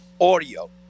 audio